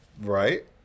Right